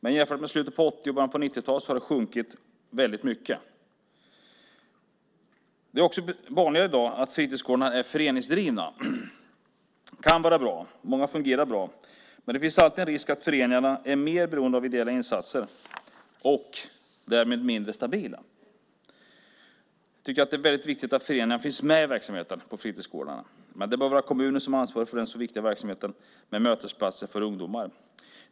Men jämfört med slutet av 80-talet och början av 90-talet har antalet minskat mycket. Det är också vanligare i dag att fritidsgårdarna är föreningsdrivna, vilket kan vara bra. Många fungerar bra, men det finns alltid en risk att föreningarna är mer beroende av ideella insatser och därmed mindre stabila. Jag tycker att det är väldigt viktigt att föreningarna finns med i verksamheten på fritidsgårdarna, men det bör vara kommunen som ansvarar för den så viktiga verksamheten med mötesplatser för ungdomar.